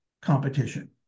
competition